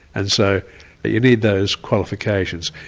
and so you need those qualifications.